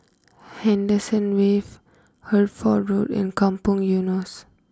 Henderson Wave Hertford Road and Kampong Eunos